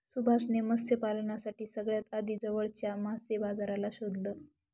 सुभाष ने मत्स्य पालनासाठी सगळ्यात आधी जवळच्या मासे बाजाराला शोधलं